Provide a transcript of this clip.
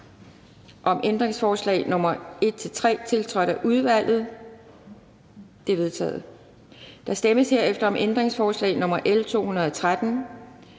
om ændringsforslag nr. 1-3, tiltrådt af udvalget? De er vedtaget. Der stemmes herefter om ændringsforslag til